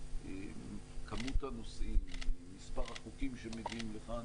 בכמות הנושאים, במספר החוקים שמגיעים לכאן